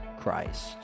Christ